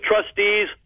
trustees